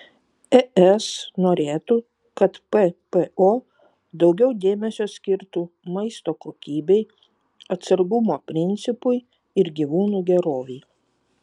es norėtų kad ppo daugiau dėmesio skirtų maisto kokybei atsargumo principui ir gyvūnų gerovei